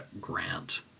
grant